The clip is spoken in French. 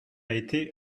été